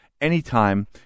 anytime